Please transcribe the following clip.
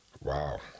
Wow